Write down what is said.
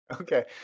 Okay